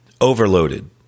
Overloaded